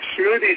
Smoothies